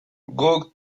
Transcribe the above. guk